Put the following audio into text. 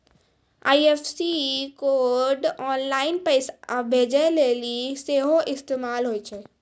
IFSC code online पैसा भेजै लेली सेहो इस्तेमाल होय छै